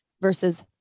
versus